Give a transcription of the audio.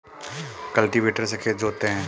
cultivator से खेत जोतते हैं